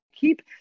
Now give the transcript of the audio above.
keep